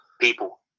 People